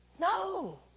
No